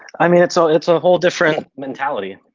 i mean, it's so it's a whole different mentality.